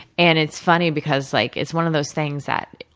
and, it's funny because like it's one of those things that,